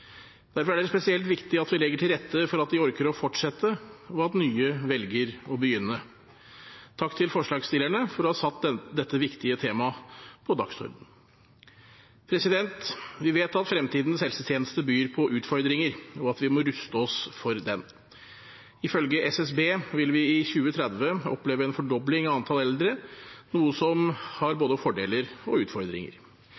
Derfor er det spesielt viktig at vi legger til rette for at de orker å fortsette, og at nye velger å begynne. Takk til forslagsstillerne for å ha satt dette viktige temaet på dagsordenen. Vi vet at fremtidens helsetjeneste byr på utfordringer, og at vi må ruste oss for den. Ifølge SSB vil vi i 2030 oppleve en fordobling av antall eldre, noe som